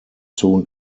soon